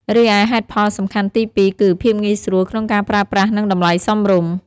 រីឯហេតុផលសំខាន់ទីពីរគឺ ភាពងាយស្រួលក្នុងការប្រើប្រាស់និងតម្លៃសមរម្យ។